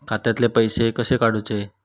खात्यातले पैसे कसे काडूचे?